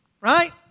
Right